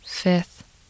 fifth